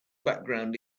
background